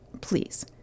please